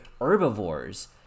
herbivores